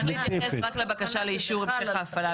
אמרתי שאנחנו לא נכנסים לראשו של מנהל המערכת,